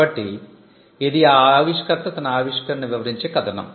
కాబట్టి ఇది ఆ ఆవిష్కర్త తన ఆవిష్కరణను వివరించే కథనం